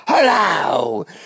Hello